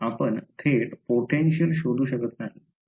आपण थेट potential शोधू शकत नाही